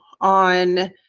on